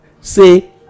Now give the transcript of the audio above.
say